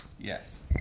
Yes